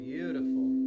Beautiful